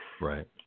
right